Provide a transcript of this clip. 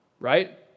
right